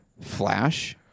Flash